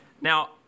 Now